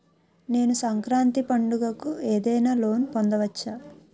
నేను సంక్రాంతి పండగ కు ఏదైనా లోన్ పొందవచ్చా?